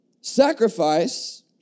Sacrifice